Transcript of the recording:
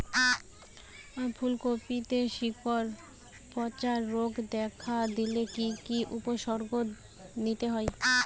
ফুলকপিতে শিকড় পচা রোগ দেখা দিলে কি কি উপসর্গ নিতে হয়?